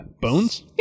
bones